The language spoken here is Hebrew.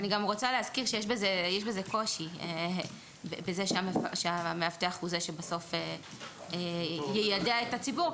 אני רוצה להזכיר שיש בזה קושי בזה שהמאבטח הוא זה שבסוף יידע את הציבור,